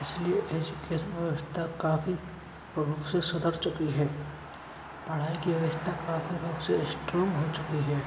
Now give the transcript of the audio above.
इसलिए एजुकेसन व्यवस्था काफ़ी रूप से सुधर चुकी है पढ़ाई की व्यवस्था काफी रूप से इस्ट्रॉन्ग हो चुकी है